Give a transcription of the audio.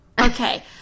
Okay